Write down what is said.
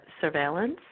surveillance